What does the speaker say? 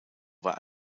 war